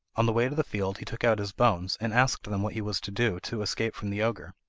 on the way to the field he took out his bones and asked them what he was to do to escape from the ogre.